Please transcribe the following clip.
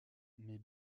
mais